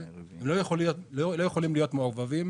לכן הם לא יכולים להיות מעורבבים